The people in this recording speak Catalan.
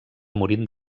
morint